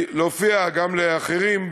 גם לאחרים,